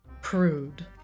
prude